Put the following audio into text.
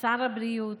שר הבריאות,